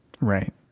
Right